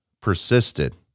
persisted